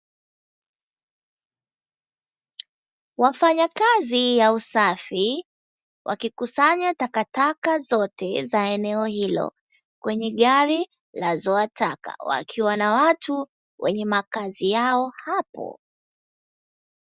Wafanyakazi ya usafi wakikusanya takataka zote za eneo hilo kwenye gari la zoa taka, wakiwa na watu wenye makazi yao hapo.